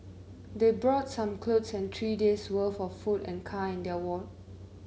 they brought some clothes and three days' worth for food and kind of work